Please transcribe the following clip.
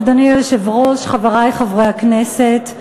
אדוני היושב-ראש, חברי חברי הכנסת,